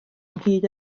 ynghyd